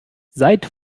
seid